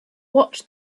watched